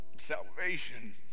salvation